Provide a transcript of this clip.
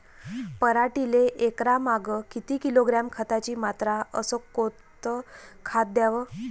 पराटीले एकरामागं किती किलोग्रॅम खताची मात्रा अस कोतं खात द्याव?